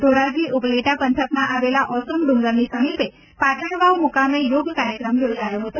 ધોરાજી ઉપલેટા પંથકમાં આવેલા ઓસમ ડુંગરની સમીપે પાટણવાવ મુકામે યોગ કાર્યક્રમ યોજાયો હતો